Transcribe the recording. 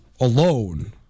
alone